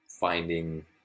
finding